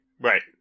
Right